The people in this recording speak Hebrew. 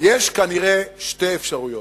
יש כנראה שתי אפשרויות: